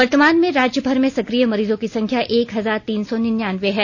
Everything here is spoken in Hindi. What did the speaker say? वर्तमान में राज्यभर में सकिय मरीजों की संख्या एक हजार तीन सौ निन्यानवें है